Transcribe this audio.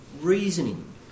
reasoning